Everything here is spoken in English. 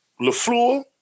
LaFleur